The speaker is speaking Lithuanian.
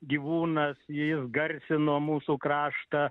gyvūnas jis garsino mūsų kraštą